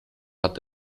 hat